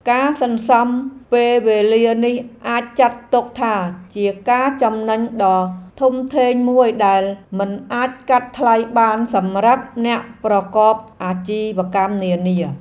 ការសន្សំពេលវេលានេះអាចចាត់ទុកថាជាការចំណេញដ៏ធំធេងមួយដែលមិនអាចកាត់ថ្លៃបានសម្រាប់អ្នកប្រកបអាជីវកម្មនានា។